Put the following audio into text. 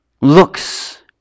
looks